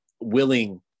willing